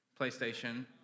PlayStation